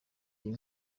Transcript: iyi